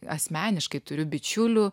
asmeniškai turiu bičiulių